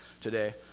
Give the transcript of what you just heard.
today